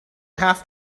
have